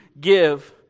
give